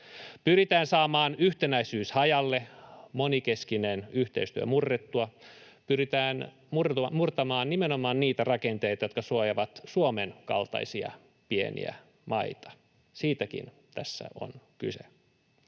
Pyritään saamaan yhtenäisyys hajalle, monenkeskinen yhteistyö murrettua, pyritään murtamaan nimenomaan niitä rakenteita, jotka suojaavat Suomen kaltaisia pieniä maita — siitäkin tässä on kyse.